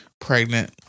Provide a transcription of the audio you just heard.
Pregnant